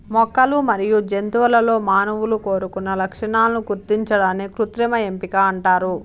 మొక్కలు మరియు జంతువులలో మానవులు కోరుకున్న లక్షణాలను గుర్తించడాన్ని కృత్రిమ ఎంపిక అంటారు